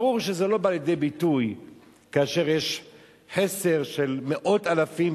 ברור שזה לא בא לידי ביטוי כאשר יש חסר של מאות אלפים,